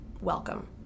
welcome